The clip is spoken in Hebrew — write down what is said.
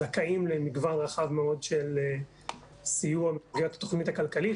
הם זכאים למגוון רחב מאוד של סיוע במסגרת התוכנית הכלכלית,